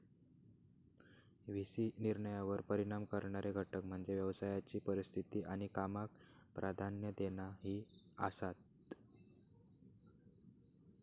V C निर्णयांवर परिणाम करणारे घटक म्हणजे व्यवसायाची परिस्थिती आणि कामाक प्राधान्य देणा ही आसात